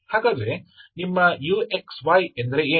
ಹಾಗಾದರೆ ನಿಮ್ಮ uxy ಎಂದರೆ ಏನು